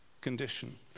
condition